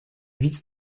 vice